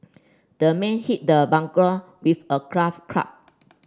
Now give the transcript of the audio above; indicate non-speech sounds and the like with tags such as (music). the man hit the burglar with a (unintelligible) club (noise)